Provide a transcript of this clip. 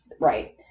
right